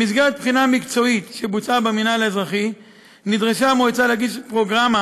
במסגרת בחינה מקצועית שבוצעה במינהל האזרחי נדרשה המועצה להגיש פרוגרמה